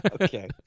Okay